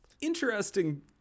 Interesting